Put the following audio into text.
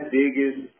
biggest